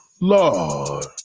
lord